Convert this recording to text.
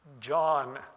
John